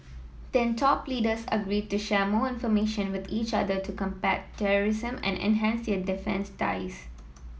then top leaders agreed to share more information with each other to combat terrorism and enhance their defence ties